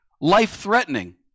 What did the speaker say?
life-threatening